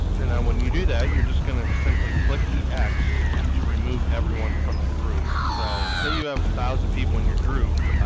and um when you do that, you're just gonna simply click the x to remove everyone from the group. so, say, you have a thousand people in your group,